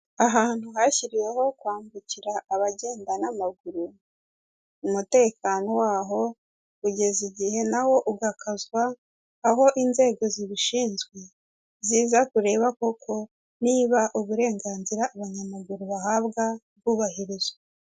Ahantu hashyiriweho kwambukira abagenda n'amaguru, umutekano waho kugeza igihe nawo ugakazwa aho inzego zibishinzwe ziza kureba koko niba uburenganzira abanyamaguru bahabwa bwubahirizwa.